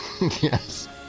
Yes